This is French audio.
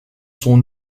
son